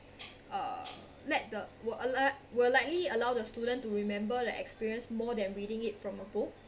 uh let the will allo~ will likely allow the student to remember the experience more than reading it from a book